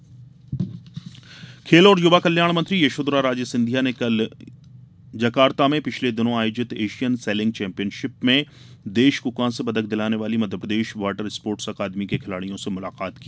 खेलमंत्री खेल और युवा कल्याण मंत्री यशोधरा राजे सिंधिया से कल यहाँ जकार्ता में पिछले दिनों आयोजित एशियन सेलिंग चैम्पियनशिप में देश को कांस्य पदक दिलाने वाली मध्यप्रदेश वाटर स्पोर्टर्स अकादमी के खिलाड़ियों ने मुलाकात की